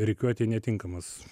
rikiuotei netinkamas